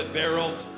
barrels